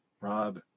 Rob